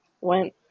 went